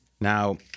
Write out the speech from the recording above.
now